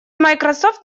microsoft